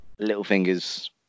Littlefinger's